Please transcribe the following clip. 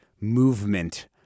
movement